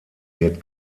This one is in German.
wird